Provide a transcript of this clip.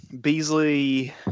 Beasley